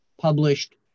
published